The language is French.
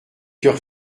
cœur